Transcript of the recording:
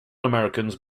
americans